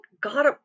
God